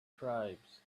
tribes